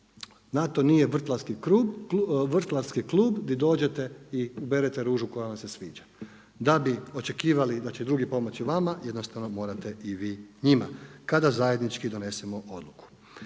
NATO nije vrtlarski klub di dođete i uberete ružu koja vam se sviđa. Da bi očekivali da će drugi pomoći vama, jednostavno morate i vi njima kada zajednički donesemo odluku.